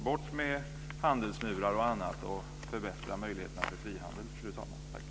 Bort med handelsmurar och annat, och förbättra möjligheterna för frihandel, fru talman!